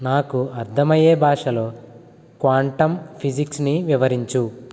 నాకు అర్థమయ్యే భాషలో క్వాంటం ఫిజిక్స్ని వివరించు